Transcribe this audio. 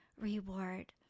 reward